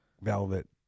velvet